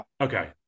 okay